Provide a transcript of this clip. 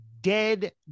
dead